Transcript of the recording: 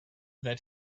that